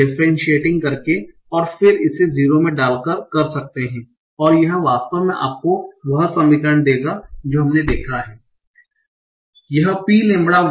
differentiating करके और फिर इसे 0 में डालकर कर सकते हैं और यह वास्तव में आपको वह समीकरण देगा जो हमने देखा है यह p लैंबडा y